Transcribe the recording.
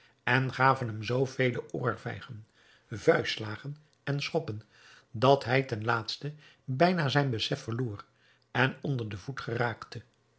en gaven hem zoo vele oorvijgen vuistslagen en schoppen dat hij ten laatste bijna zijn besef verloor en onder den voet geraakte